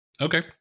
Okay